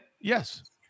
Yes